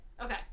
Okay